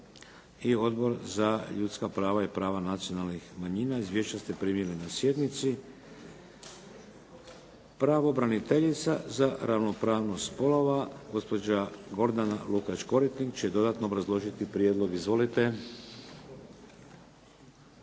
Odbor za ljudska prava i prava nacionalnih manjina. Izvješća ste primili na sjednici. Pravobraniteljica za ravnopravnost spolova, gospođa Gordana Lukač Koritnik će dodatno obrazložiti prijedlog. Izvolite.